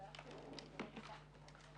הישיבה ננעלה